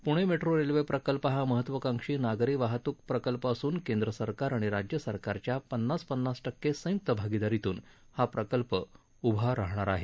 Pune metro railway प्रकल्प हा महत्वाकांक्षी नागरी वाहतूक प्रकल्प असून केंद्र सरकार आणि राज्य सरकारच्या पन्नास पन्नास टक्के संयुक्त भागीदारीतून हा प्रकल्प उभा राहणार आहे